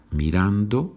mirando